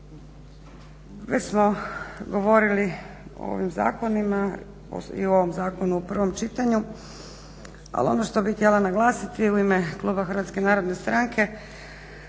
Već smo govorili o ovim zakonima i o ovom zakonu u prvom čitanju, ali ono što bih htjela naglasiti u ime HNS mi smo u zadnjih